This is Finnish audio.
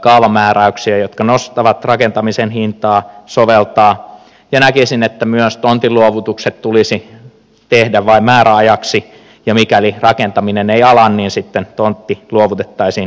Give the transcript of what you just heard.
kaavamääräyksiä jotka nostavat rakentamisen hintaa ja näkisin että myös tontinluovutukset tulisi tehdä vain määräajaksi ja mikäli rakentaminen ei ala niin sitten tontti luovutettaisiin jollekulle muulle